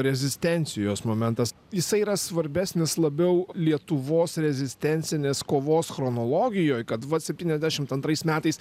rezistencijos momentas jisai yra svarbesnis labiau lietuvos rezistencinės kovos chronologijoj kad vat septyniasdešimt antrais metais